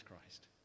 Christ